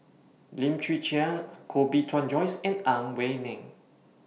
Lim Chwee Chian Koh Bee Tuan Joyce and Ang Wei Neng